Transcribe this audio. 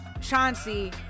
Chauncey